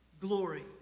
glory